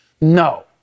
No